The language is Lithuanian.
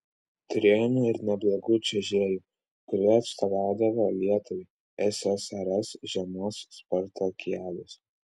turėjome ir neblogų čiuožėjų kurie atstovaudavo lietuvai ssrs žiemos spartakiadose